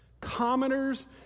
Commoners